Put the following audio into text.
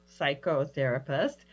psychotherapist